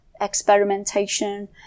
experimentation